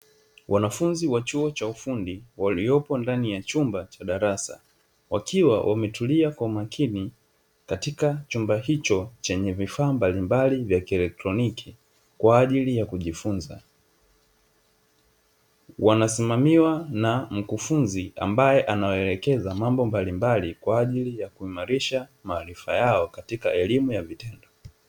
Wanafunzi wa chuo cha ufundi, waliopo ndani ya chumba cha darasa, wakiwa wametulia kwa makini katika chumba hicho chenye vifaa mbalimbali vya kilektroniki kwa ajili ya kujifunza, wanasimamiwa na mkufunzi ambaye anawaelekeza mambo mbalimbali kwa ajili ya kuimarisha maarifa yao katika elimu ya vitendo.